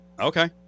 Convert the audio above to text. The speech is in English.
okay